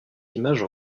images